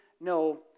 no